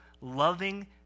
loving